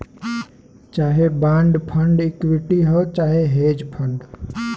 चाहे bond fund equity हौ चाहे हेज फ़ंड